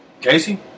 Casey